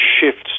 shifts